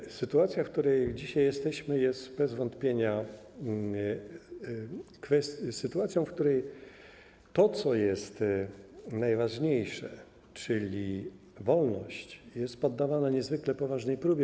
I sytuacja, w której dzisiaj jesteśmy, jest bez wątpienia sytuacją, w której to, co jest najważniejsze, czyli wolność, jest poddawane niezwykle poważnej próbie.